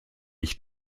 ich